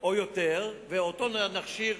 או יותר, ואותו נכשיר.